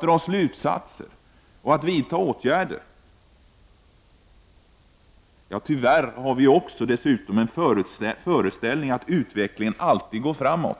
dra slutsatser och vidta åtgärder. Tyvärr har vi också dessutom en föreställning att utvecklingen alltid går framåt.